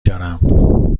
دارم